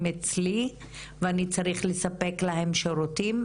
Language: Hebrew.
אצלו והוא בכל זאת צריך לספק להם שירותים,